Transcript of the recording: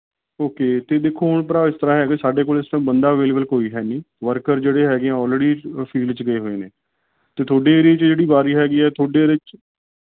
okay ਅਤੇ ਦੇਖੋ ਹੁਣ ਭਰਾ ਇਸ ਤਰ੍ਹਾਂ ਹੈ ਸਾਡੇ ਕੋਲ ਇਸ ਟਾਈਮ ਬੰਦਾ ਅਵੇਲੇਬਲ ਕੋਈ ਹੈ ਨਹੀਂ ਵਰਕਰ ਜਿਹੜੇ ਹੈਗੇ ਹੈ ਔਲਰੇਡੀ ਫੀਲਡ 'ਚ ਗਏ ਹੋਏ ਨੇ ਅਤੇ ਤੁਹਾਡੇ ਏਰੀਏ 'ਚ ਜਿਹੜੀ ਵਾਰੀ ਹੈਗੀ ਹੈ ਤੁਹਾਡੇ ਇਹਦੇ 'ਚ